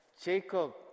jacob